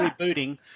rebooting